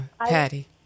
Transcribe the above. patty